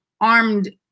armed